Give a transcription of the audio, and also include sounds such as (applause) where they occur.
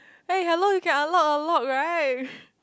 hey hello you can unlock a lock right (laughs)